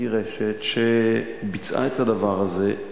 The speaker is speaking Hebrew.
היא רשת שביצעה את הדבר הזה,